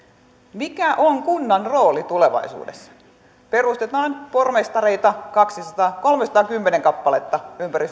mikä on kunnan rooli tulevaisuudessa perustetaan pormestareita kolmesataakymmentä kappaletta ympäri